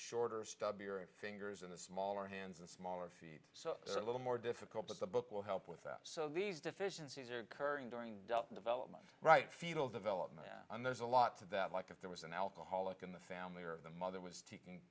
shorter stub your fingers in the smaller hands and smaller feet so it's a little more difficult but the book will help with that so these deficiencies are current during development right fetal development and there's a lot to that like if there was an alcoholic in the family or the mother was taking